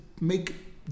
make